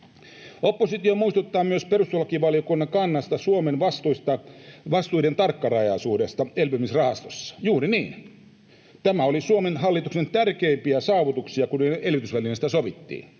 Oppositio muistuttaa myös perustuslakivaliokunnan kannasta Suomen vastuiden tarkkarajaisuuteen elpymisrahastossa. Juuri niin, tämä oli Suomen hallituksen tärkeimpiä saavutuksia, kun elvytysvälineestä sovittiin.